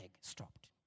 stopped